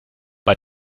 bei